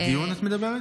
על הדיון את מדברת?